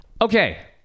Okay